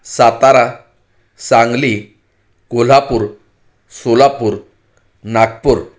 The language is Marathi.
सातारा सांगली कोल्हापूर सोलापूर नागपूर